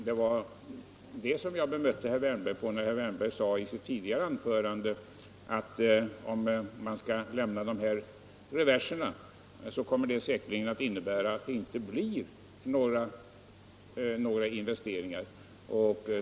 Det var på den punkten jag bemötte herr Wärnberg, när han i sitt tidigare anförande sade att om man skall lämna de här reverserna kommer det säkerligen att innebära att det inte blir några investeringar.